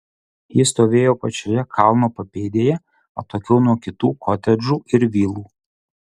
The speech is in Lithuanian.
ji stovėjo pačioje kalno papėdėje atokiau nuo kitų kotedžų ir vilų